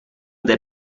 del